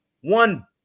one